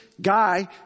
guy